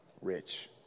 rich